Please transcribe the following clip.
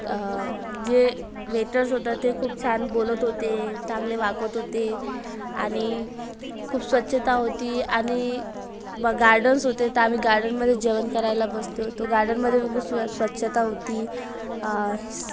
जे वेटर्स होता ते खूप छान बोलत होते चांगले वागत होते आणि खूप स्वच्छता होती आणि ब गार्डन्स होते तर आम्ही गार्डनमध्येच जेवण करायला बसलो होतो गार्डनमध्ये पण खूप स्वच्छता होती